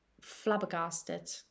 flabbergasted